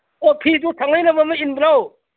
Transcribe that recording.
ꯑꯣ ꯐꯤꯗꯨ ꯁꯪꯂꯩꯅꯕ ꯑꯃ ꯏꯟꯗ꯭ꯔꯣ